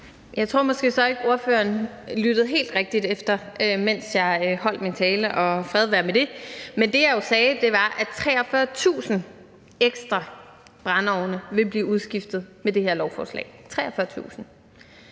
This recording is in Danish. Jeg tror måske så, at ordføreren ikke lyttede helt rigtig efter, mens jeg holdt min tale, og fred være med det. Men det, jeg jo sagde, var, at 43.000 ekstra brændeovne vil blive udskiftet med det her lovforslag, 43.000.